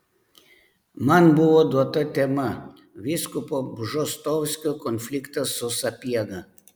man buvo duota tema vyskupo bžostovskio konfliktas su sapiega